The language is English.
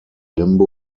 limbo